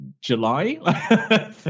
July